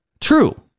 true